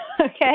Okay